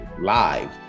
live